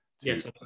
Yes